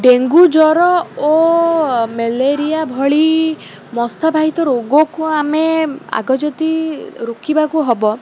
dengue ଜ୍ୱର ଓ malaria ଭଳି ମଶା ବାହିତ ରୋଗକୁ ଆମେ ଆଗ ଯଦି ରୋକିବାକୁ ହେବ